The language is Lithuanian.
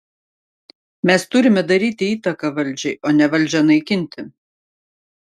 mes turime daryti įtaką valdžiai o ne valdžią naikinti